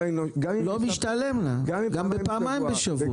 לא משתלם לה, גם אם תיסע פעמיים בשבוע.